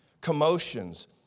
commotions